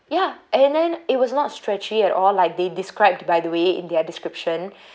ya and then it was not stretchy at all like they described by the way in their description